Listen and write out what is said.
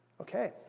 Okay